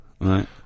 right